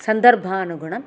सन्दर्भानुगुणं